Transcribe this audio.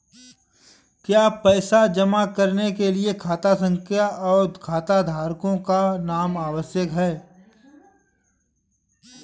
क्या पैसा जमा करने के लिए खाता संख्या और खाताधारकों का नाम आवश्यक है?